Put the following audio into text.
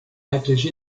agrégé